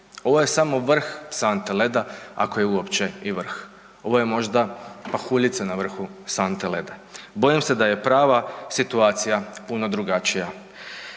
Ovo je samo vrh sante leda, ako je uopće i vrh, ovo je možda pahuljica na vrhu sante leda. Bojim se da je prava situacija puno drugačija,